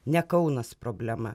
ne kaunas problema